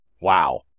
Wow